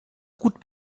gut